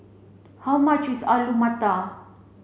How much is Alu Matar